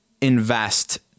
invest